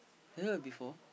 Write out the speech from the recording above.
have you heard before